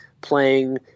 playing –